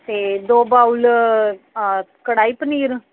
ਅਤੇ ਦੋ ਬਾਊਲ ਕੜਾਹੀ ਪਨੀਰ